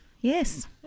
Yes